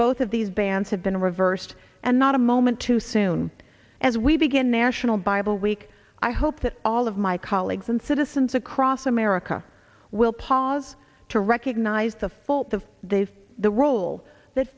both of these bans have been reversed and not a moment too soon as we begin national bible week i hope that all of my colleagues and citizens across america will pause to recognize the full of dave the role that